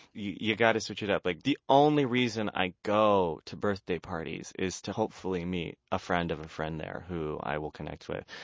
you gotta switch it up. like the only reason i go to birthday parties is to hopefully meet a friend of a friend there who i will connect with.